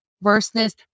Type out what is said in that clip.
versus